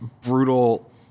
brutal